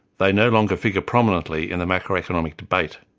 they no longer figure prominently in the macroeconomic debate.